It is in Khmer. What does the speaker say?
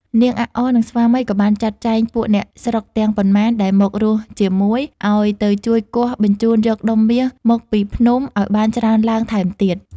នាងអាក់អ និង ស្វាមី ក៏បានចាត់ចែង ពួកអ្នកស្រុកទាំងប៉ុន្មាន ដែលមករស់ជាមួយ ឲ្យទៅជួយគាស់ជញ្ជូនយកដុំមាសមកពីភ្នំ ឲ្យបានច្រើនឡើងថែមទៀត។